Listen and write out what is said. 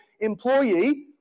employee